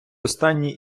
останній